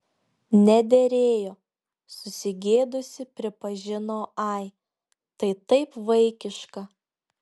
nederėjo susigėdusi pripažino ai tai taip vaikiška